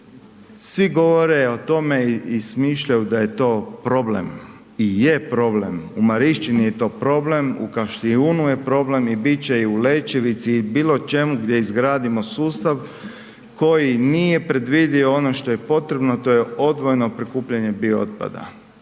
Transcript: Svi govore o tome i smišljaju da je to problem i je problem, u Marišćini je to problem u Kaštijunu je problem i bit će i u Lećevici i bilo čemu gdje izgradimo sustav koji nije predvidio ono što je potrebno, a to je odvojeno prikupljanje bio otpada.